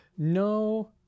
no